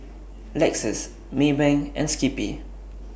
Lexus Maybank and Skippy